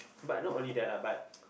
but not only that lah but